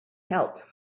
help